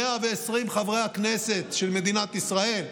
120 חברי הכנסת של מדינת ישראל,